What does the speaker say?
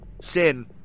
sin